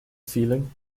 feeling